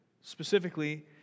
specifically